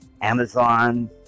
Amazon